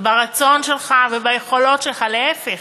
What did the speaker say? וברצון שלך, וביכולת שלך, להפך,